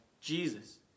Jesus